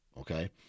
okay